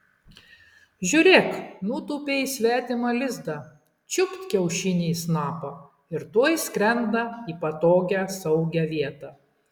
žiūrėk nutūpė į svetimą lizdą čiupt kiaušinį į snapą ir tuoj skrenda į patogią saugią vietą